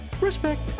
Respect